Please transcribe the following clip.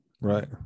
Right